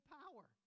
power